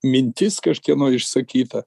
mintis kažkieno išsakyta